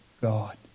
God